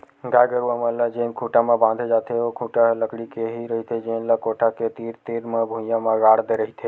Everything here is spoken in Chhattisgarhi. गाय गरूवा मन ल जेन खूटा म बांधे जाथे ओ खूटा ह लकड़ी के ही रहिथे जेन ल कोठा के तीर तीर म भुइयां म गाड़ दे रहिथे